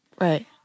right